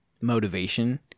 motivation